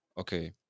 okay